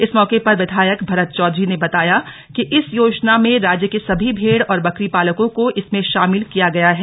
इस मौके पर विधायक भरत चौधरी ने बताया कि इस योजना में राज्य के सभी भेड़ ैऔर बकरी पालकों को इसमें भाामिल किया गया है